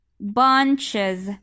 Bunches